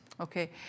Okay